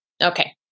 Okay